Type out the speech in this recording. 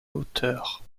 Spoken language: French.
hauteur